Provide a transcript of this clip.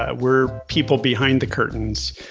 ah we're people behind the curtains,